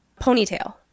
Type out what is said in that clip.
Ponytail